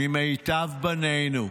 ממיטב בנינו.